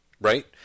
right